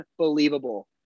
unbelievable